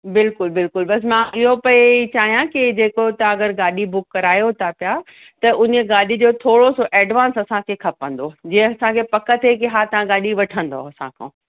बिल्कुलु बिल्कुलु बसि मां इहो पई चाहियां की जेको तव्हां अगरि गाॾी बुक करायो था पिया त उन्हीअ गाॾीअ जो थोरो सो एडवांस असांखे खपंदो जीअं असांखे पक थिए के हा तव्हां गाॾी वठंदव असांखां